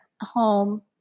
home